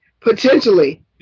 potentially